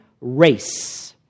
race